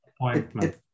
appointment